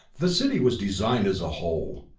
the city was designed as a whole,